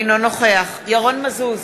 אינו נוכח ירון מזוז,